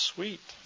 Sweet